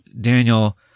Daniel